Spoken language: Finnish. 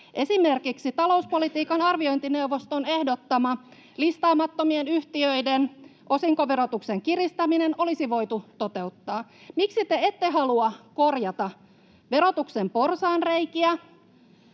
Esimerkiksi talouspolitiikan arviointineuvoston ehdottama listaamattomien yhtiöiden osinkoverotuksen kiristäminen olisi voitu toteuttaa. Miksi te ette halua korjata verotuksen porsaanreikiä,